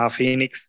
Phoenix